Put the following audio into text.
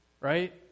Right